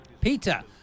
Peter